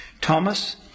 Thomas